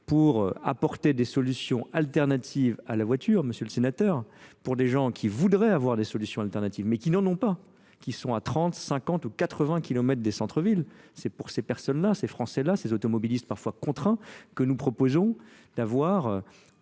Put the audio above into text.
pour apporter des solutions alternatives à la voiture monsieur le sénateur pour des gens qui voudraient avoir des solutions alternatives mais qui n'en ont pas qui sont à trente cinquante ou quatre vingts kilomètres des centres villes c'est pour ces personnes là ces français là cess automobilistes parfois contraints que nous proposons d'avoir